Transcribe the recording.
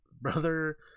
brother